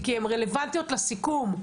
כי הן רלוונטיות לסיכום.